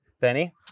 benny